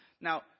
now